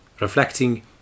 reflecting